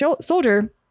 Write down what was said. Soldier